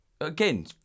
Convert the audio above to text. Again